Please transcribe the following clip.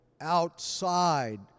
outside